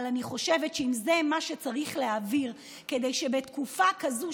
אבל אני חושבת שזה מה שצריך להעביר כדי שבתקופה כזאת,